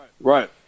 Right